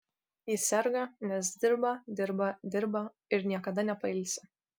ji serga nes dirba dirba dirba ir niekada nepailsi